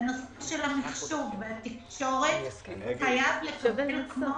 למחשוב ותקשורת חייב לקבל מענה,